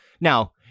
Now